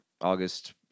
August